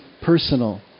personal